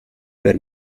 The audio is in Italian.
per